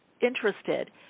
interested